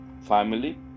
family